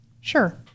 Sure